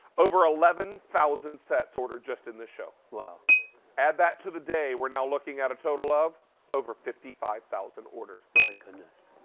over eleven thousand sets ordered just in this show. you add that to the day we are now looking at a total of over fifty five thousand ordered. my goodness.